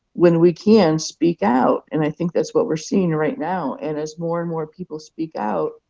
when we can, speak out, and i think that's what we are seeing right now. and as more and more people speak out,